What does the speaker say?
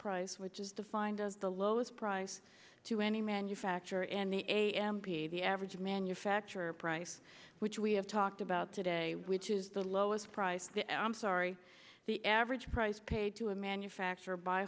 price which is defined as the lowest price to any manufacturer in the a m p the average manufacturer price which we have talked about today which is the lowest price i'm sorry the average price paid to a manufacture